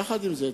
יחד עם זאת,